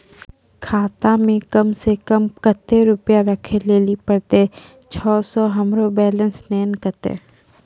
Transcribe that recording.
खाता मे कम सें कम कत्ते रुपैया राखै लेली परतै, छै सें हमरो बैलेंस नैन कतो?